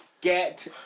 Get